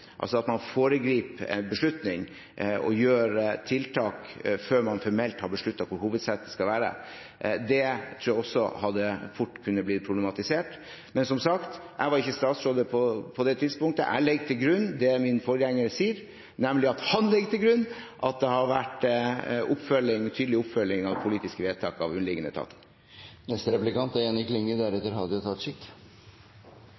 altså at man foregrep en beslutning og gjorde tiltak før man formelt hadde besluttet hvor hovedsetet skulle være. Det tror jeg fort kunne ha blitt problematisert. Men som sagt var jeg ikke statsråd på det tidspunktet. Jeg legger til grunn det min forgjenger sier, nemlig at han la til grunn at det har vært tydelig oppfølging av politiske vedtak for underliggende etater. I Senterpartiet er